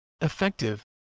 effective